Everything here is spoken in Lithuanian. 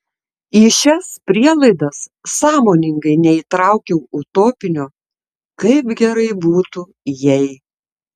į šias prielaidas sąmoningai neįtraukiau utopinio kaip gerai būtų jei